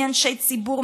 מאנשי ציבור,